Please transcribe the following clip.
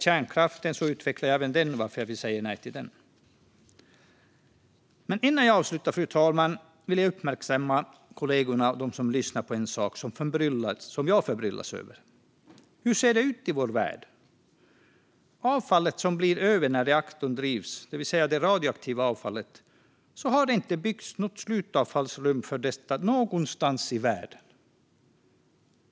Jag utvecklar även varför vi säger nej till kärnkraft. Innan jag avslutar mitt anförande, fru talman, vill jag uppmärksamma kollegorna och dem som lyssnar på en sak som förbryllar mig. Hur ser det ut i vår värld med det avfall som blir över när reaktorn drivs, det vill säga det radioaktiva avfallet? Det har inte byggts något slutavfallsrum för detta någonstans i världen.